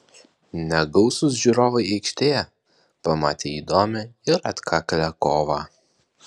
negausūs žiūrovai aikštėje pamatė įdomią ir atkaklią kovą